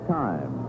time